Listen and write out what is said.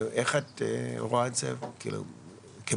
איך את רואה את זה, כבעיה?